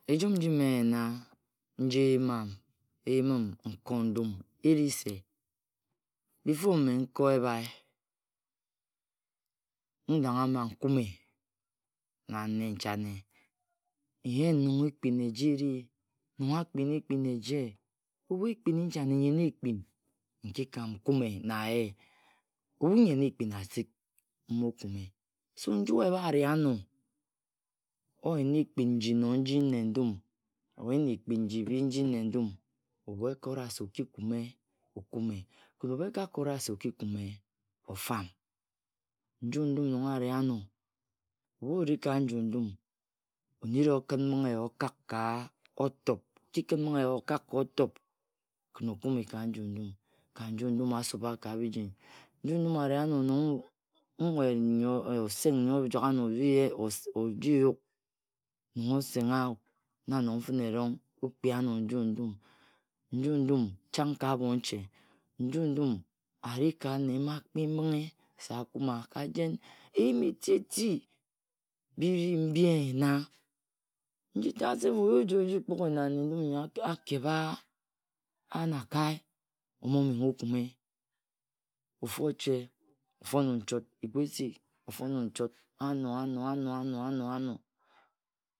Ejum nji mme nyena, nji eyim nko ndum eru se, before mme nko ebhae na nenchane, Na-rangha-mba nkume na nenchane. nyen nong ekpin eje eki, nong. akpina-ekpin eki. Ebhu ekpin nchane, nyen ekpin, Ebhu nyen nkikam nkume na je. Ebhu nyen ekpin asik, mmokume Se nju ebhae ari ano, oyena ekpin njinor nji nnendum, oyen ekpin nji nnendum. Ebhu ekot wa se okikume, okume Kin ebhu eka-kot wa se okikume fam. Nju-ndum nong an ano, ebhu ori ka nju-ndam, okin mbinghe eya okak ka otop, okickin mbinghe eya okak ka оtop kin okumme ka nju-ndum ka nju-ndum azuka ke biji. Nju-ndun ari ano nong nwet nyi aseng nye ojagano oji yuk nong osengha wun. ne nong fine-rong Okpi ano nyu-ndum Nji-ndum chang ka abhonche, nju-ndum ara ka ane mma akip mbingh se akuma, ka jen eyim eti-eti biri mbi egena Njitat self oyi oji oj-kpuge na nnendum nyo akebha anakae. Omo-menghe okwme. Ofu oche, ofon nchot, egu esu ofon. nchot. Ano ano ano ano